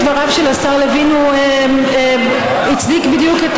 בדבריו של השר לוין הוא הצדיק בדיוק את